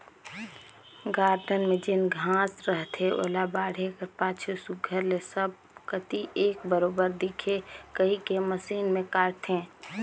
garden में जेन घांस रहथे ओला बाढ़े कर पाछू सुग्घर ले सब कती एक बरोबेर दिखे कहिके मसीन में काटथें